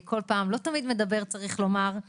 לא תמיד מדבר אבל